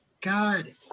God